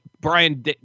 Brian